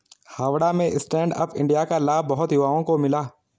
हावड़ा में stand up India का लाभ बहुत युवाओं को मिला